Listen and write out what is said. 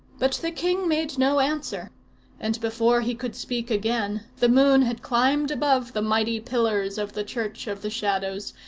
but the king made no answer and before he could speak again, the moon had climbed above the mighty pillars of the church of the shadows,